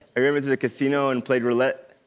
i mean but a casino and played roulette?